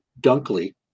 Dunkley